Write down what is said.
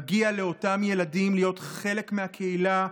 מגיע לאותם ילדים להיות חלק מהקהילה,